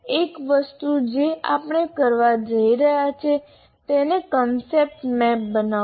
એક વસ્તુ જે આપણે કરવા જઈ રહ્યા છીએ તે છે કન્સેપ્ટ મેપ બનાવવો